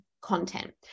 content